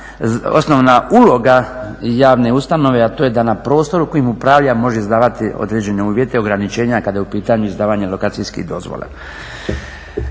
osnovna uloga javne ustanove, a to je da na prostoru kojim upravlja može izdavati određene uvjete ograničenja kada je u pitanju izdavanje lokacijskih dozvola.